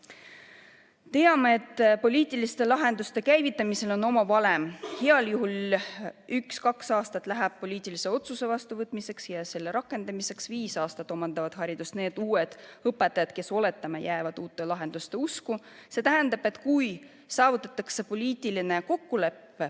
Teame, et poliitiliste lahenduste käivitamisel on oma valem: heal juhul üks-kaks aastat läheb poliitilise otsuse vastuvõtmiseks ja selle rakendamiseks, viis aastat omandavad haridust need uued õpetajad, kes, oletame, on uute lahenduste usku. See tähendab, et kui praegu saavutatakse poliitiline kokkulepe